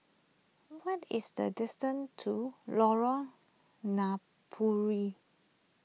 what is the distance to Lorong Napiri